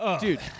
dude